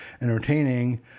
entertaining